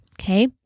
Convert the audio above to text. okay